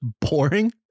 boring